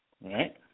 right